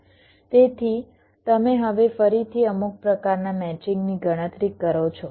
તેથી તમે હવે ફરીથી અમુક પ્રકારનાં મેચિંગની ગણતરી કરો છો